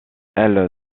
elle